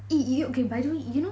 e~ you~ okay by the way you know